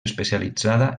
especialitzada